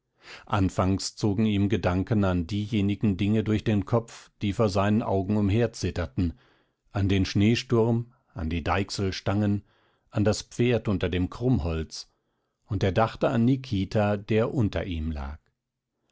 anfangs zogen ihm gedanken an diejenigen dinge durch den kopf die vor seinen augen umherzitterten an den schneesturm an die deichselstangen an das pferd unter dem krummholz und er dachte an nikita der unter ihm lag